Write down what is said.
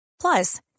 Plus